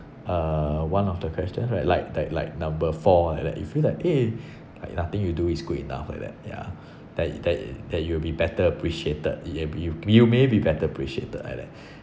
uh one of the questions right like like like number four like that you feel like eh like nothing you do is good enough like that yeah that that that you will be better appreciated you be you may be better appreciated like that